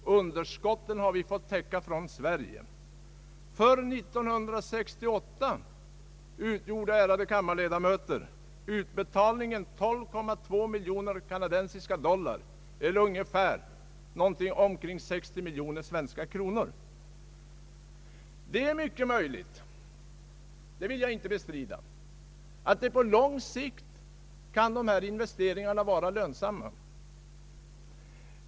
Underskotten har vi fått täcka från Sverige.» För 1968 utgjorde utbetalningen 12,2 miljoner kanadensiska dollar eller omkring 60 miljoner svenska kronor. Det är mycket möjligt, det vill jag inte bestrida, att dessa investeringar kan vara lönsamma på lång sikt.